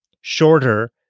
shorter